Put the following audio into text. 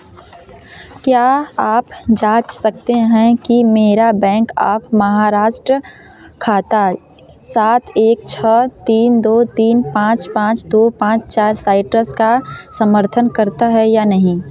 क्या आप जाँच सकते हैं कि मेरा बैंक ऑफ़ महाराष्ट्र खाता सात एक छः तीन दो तीन पाँच पाँच दो पाँच चार साइट्रस का समर्थन करता है या नहीं